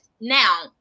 Now